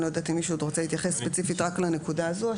אני לא יודעת אם מישהו עוד רוצה להתייחס ספציפית רק לנקודה הזו.